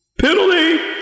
Penalty